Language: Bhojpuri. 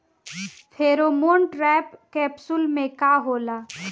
फेरोमोन ट्रैप कैप्सुल में का होला?